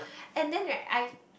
and then right I